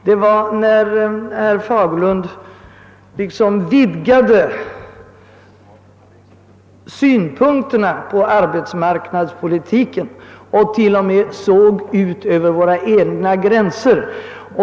Det fälldes när herr Fagerlund vidgade synpunkterna på arbetsmarknadspolitiken och till och med såg ut över våra egna gränser.